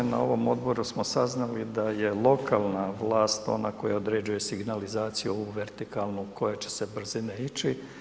Na ovom odboru smo saznali da je lokalna vlast ona koja određuje signalizaciju ovu vertikalnu koja će se brzine ići.